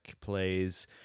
plays